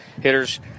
hitters